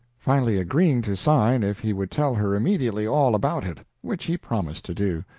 finally agreeing to sign if he would tell her immediately all about it, which he promised to do.